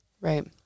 Right